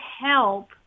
help